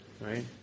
right